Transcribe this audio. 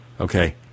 Okay